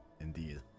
Indeed